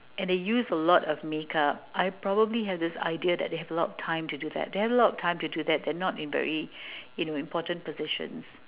they use a lot of makeup I probably have this idea that they have a lot of time to do that if they have a lot of time to do that they're not in very in important positions